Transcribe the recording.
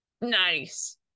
nice